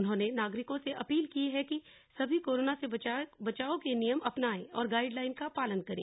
उन्होंने नागरिकों से अपील की है कि सभी कोरोना से बचाव के नियम अपनाये और गाइडलाइन का पालन करें